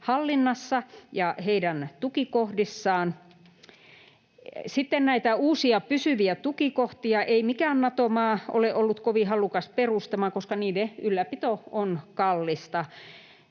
hallinnassa ja heidän tukikohdissaan. Uusia pysyviä tukikohtia ei mikään Nato-maa ole ollut kovin halukas perustamaan, koska niiden ylläpito on kallista.